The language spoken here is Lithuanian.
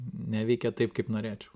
neveikė taip kaip norėčiau